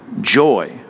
joy